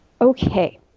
okay